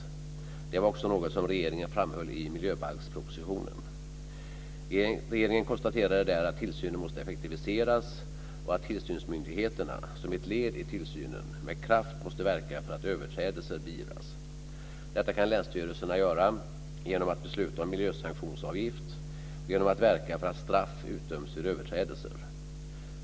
Detta var också något som regeringen framhöll i miljöbalkspropositionen. Regeringen konstaterade där att tillsynen måste effektiviseras och att tillsynsmyndigheterna, som ett led i tillsynen, med kraft måste verka för att överträdelser beivras. Detta kan länsstyrelserna göra genom att besluta om miljösanktionsavgift och genom att verka för att straff utdöms vid överträdelser.